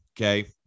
okay